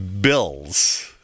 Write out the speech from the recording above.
Bills